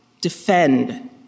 defend